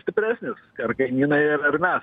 stipresnis ar kaimyną ar ar mes